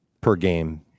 per-game